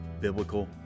biblical